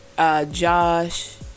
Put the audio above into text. Josh